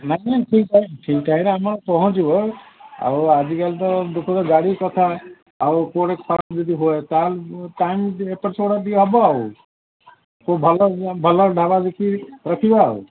ନାଇଁ ନାଇଁ ଠିକ୍ ଟାଇମ୍ ଠିକ୍ ଟାଇମ୍ରେ ଆମ ପହଞ୍ଚିବ ଆଉ ଆଜିକାଲି ତ ଦେଖୁଛ ଗାଡ଼ି କଥା ଆଉ କେଉଁଠି ଖରାପ ଯଦି ହୁଏ ତାହେଲେ ଟାଇମ୍ ଏପଟସେପଟ ଟିକେ ହବ ଆଉ କେଉଁ ଭଲ ଭଲ ଢାବା ଦେଖି ରଖିବା ଆଉ